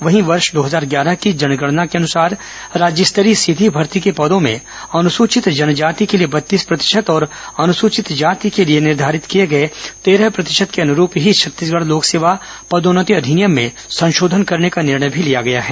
वहीं वर्ष दो हजार ग्यारह की जनगणना के अनुसार राज्य स्तरीय सीधी भर्ती के पदों में अनुसूचित जनजाति के लिए बत्तीस प्रतिशत और अनुसूचित जाति के लिए निर्घारित किए गए तेरह प्रतिशत के अनुरूप ही छत्तीसगढ़ लोक सेवा पदोन्नति नियम में संशोधन करने का निर्णय भी लिया गया है